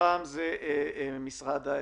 פעם זה נושא העמותות,